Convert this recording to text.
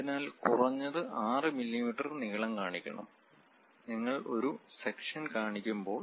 അതിനാൽ കുറഞ്ഞത് 6 മില്ലീമീറ്റർ നീളം കാണിക്കണം നിങ്ങൾ ഒരു സെക്ഷൻ കാണിക്കുമ്പോൾ